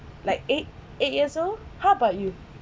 like eight eight years old how about you